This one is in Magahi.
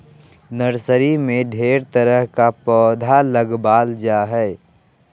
नर्सरी में ढेर तरह के पौधा लगाबल जा हइ